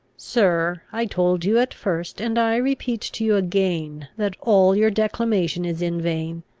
sir, i told you at first, and i repeat to you again, that all your declamation is in vain.